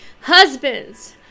Husbands